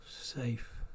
safe